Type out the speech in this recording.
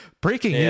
Breaking